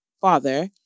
father